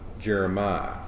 Jeremiah